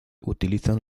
utilizan